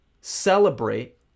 celebrate